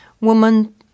Woman